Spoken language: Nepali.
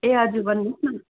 ए हजुर भन्नुहोस् न